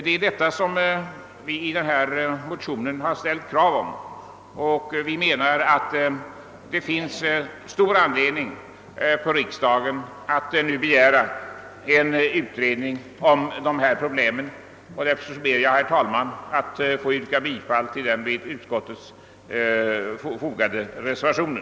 Det är detta vi i motionen har krävt, och vi menar att det finns starka skäl för riksdagen att nu begära en utredning om dessa problem. Jag ber därför att få yrka bifall till den vid utskottets utlåtande fogade reservationen.